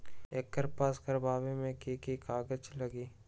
एकर पास करवावे मे की की कागज लगी?